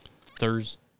Thursday